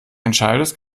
entscheidest